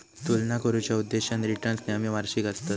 तुलना करुच्या उद्देशान रिटर्न्स नेहमी वार्षिक आसतत